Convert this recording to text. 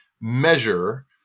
measure